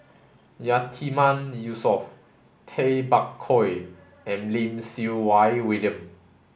Yatiman Yusof Tay Bak Koi and Lim Siew Wai William